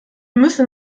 müssen